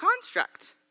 construct